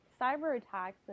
cyber-attacks